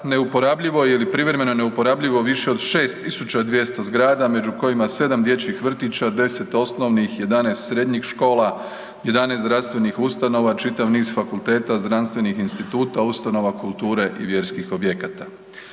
neuporabljivo je ili privremeno neuporabljivo više od 6200 zgrada među kojima 7 dječjih vrtića, 10 osnovnih, 11 srednjih škola, 11 zdravstvenih ustanova, čitav niz fakulteta, znanstvenih instituta, ustanova kulture i vjerskih objekata.